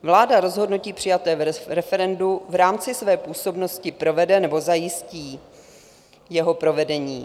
Vláda rozhodnutí přijaté v referendu v rámci své působnosti provede nebo zajistí jeho provedení.